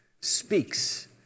speaks